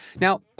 Now